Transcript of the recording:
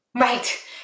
Right